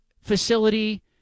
facility